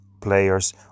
players